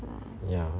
ya